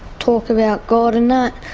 talk about god and that.